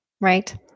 Right